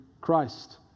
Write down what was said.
Christ